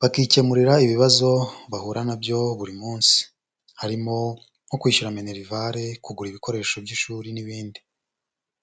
bakikemurira ibibazo bahura na byo buri munsi, harimo nko kwishyura menerivare, kugura ibikoresho by'ishuri n'ibindi.